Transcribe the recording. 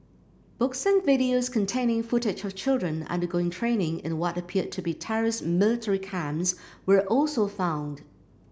books and videos containing footage of children undergoing training in what appeared to be terrorist military camps were also found